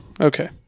Okay